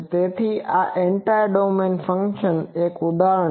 તેથી આ entire domain ફંક્શનનું એક ઉદાહરણ છે